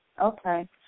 Okay